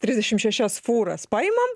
trisdešim šešias fūras paimam